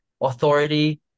authority